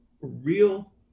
real